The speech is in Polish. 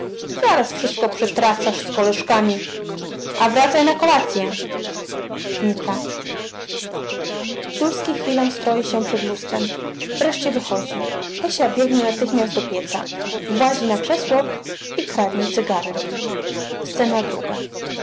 zaraz wszystko przetracasz z koleżkami a wracaj na kolacyę znika dulski chwilę stroi się przed lustrem wreszcie wychodzi hesia biegnie natychmiast do pieca włazi na krzesło i kradnie cygaro